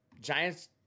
Giants